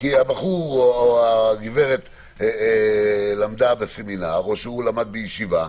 כי הבחור או הגברת למדו בסמינר או בישיבה,